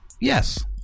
yes